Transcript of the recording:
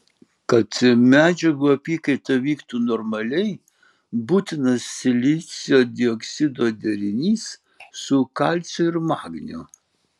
kad medžiagų apykaita vyktų normaliai būtinas silicio dioksido derinys su kalciu ir magniu